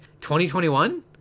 2021